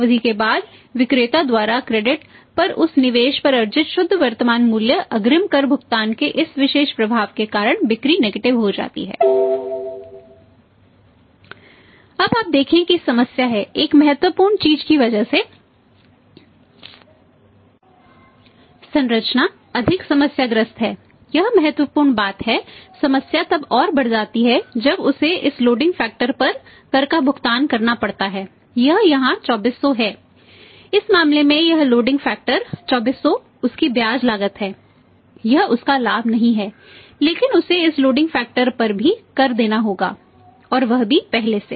अब आप देखें कि समस्या है एक महत्वपूर्ण चीज की वजह से संरचना अधिक समस्याग्रस्त है यह महत्वपूर्ण बात है समस्या तब और बढ़ जाती है जब उसे इस लोडिंग फैक्टर पर भी कर देना होगा और वह भी पहले से